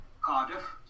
Cardiff